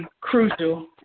crucial